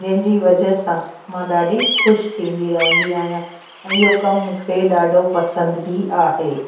जंहिं जी वजह सां मां ॾाढी ख़ुशि थींदी रहंदी आहियां ऐं इहो कमु मूंखे ॾाढो पसंदि बि आहे